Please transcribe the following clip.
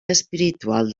espiritual